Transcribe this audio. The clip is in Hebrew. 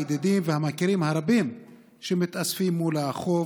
הידידים והמכירים הרבים שמתאספים מול החוף,